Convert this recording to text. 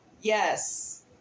yes